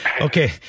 Okay